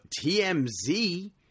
TMZ